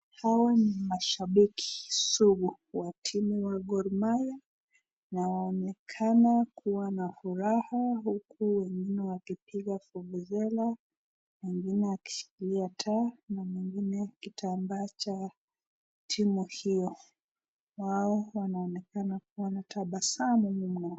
Hawa ni mashabiki sugu wa timu ya Gormahia ambaye wanaonekana kuwa na furaha huku wengine wakipiga fumbozela wengine wakishikilia taa na mwingine kitambaa cha timu hiyo wao wanaonekana wanatabasamu mno.